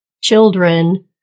children